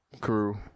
Crew